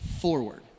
forward